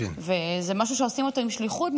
וזה משהו שעושים אותו עם שליחות,